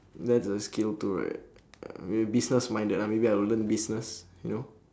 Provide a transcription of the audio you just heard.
that's a skill too right uh business minded maybe I'll learn business you know